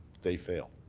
they fail.